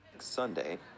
Sunday